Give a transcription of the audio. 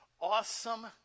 awesome